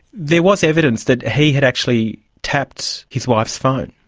there was evidence that he had actually tapped his wife's phone.